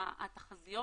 התחזיות